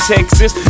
Texas